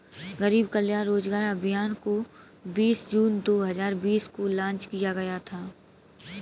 गरीब कल्याण रोजगार अभियान को बीस जून दो हजार बीस को लान्च किया गया था